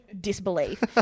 disbelief